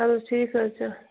اَدٕ حظ ٹھیٖک حظ چھِ